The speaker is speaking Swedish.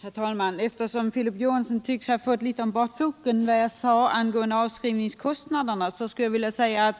Herr talman! Eftersom Filip Johansson tycks ha fått om bakfoten vad jag sade om avskrivningskostnader vill jag säga: